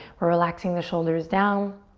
we're relaxing the shoulders down.